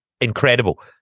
incredible